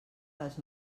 les